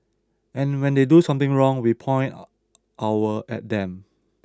and when they do something wrong we point our at them